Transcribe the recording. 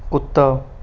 ਕੁੱਤਾ